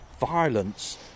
violence